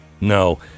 No